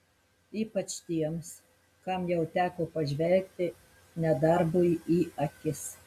ypač tiems kam jau teko pažvelgti nedarbui į akis